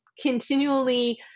continually